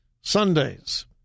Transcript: Sundays